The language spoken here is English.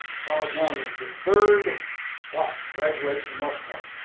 charles young was the third black to graduate from west point.